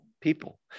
people